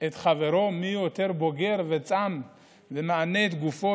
לחברו מי יותר בוגר וצם ומענה את גופו